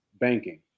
banking